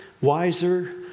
wiser